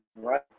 right